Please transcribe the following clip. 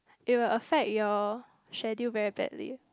it will affect your schedule very badly